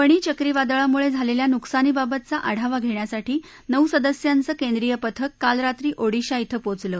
फणी चक्रीवादळामुळे झालेल्या नुकसानी बाबतचा आढावा घेण्यासाठी नऊ सदस्यांच केंद्रीय पथक काल रात्री ओडिशा धिं पोचलं